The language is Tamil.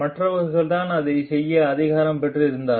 மற்றவர்கள்தான் அதைச் செய்ய அதிகாரம் பெற்றிருந்தார்கள்